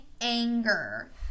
anger